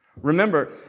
Remember